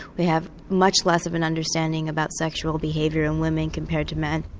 we have much less of an understanding about sexual behaviour in women compared to men.